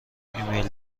ایمیل